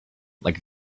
like